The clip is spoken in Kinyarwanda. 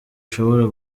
ushobora